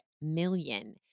million